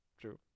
true